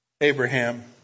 Abraham